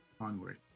onward